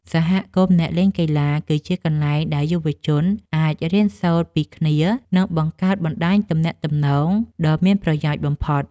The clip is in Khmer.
សហគមន៍អ្នកលេងកីឡា គឺជាកន្លែងដែលយុវជនអាចរៀនសូត្រពីគ្នា និងបង្កើតបណ្តាញទំនាក់ទំនងដ៏មានប្រយោជន៍បំផុត។